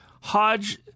Hodge